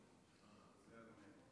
עמיתיי